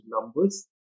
numbers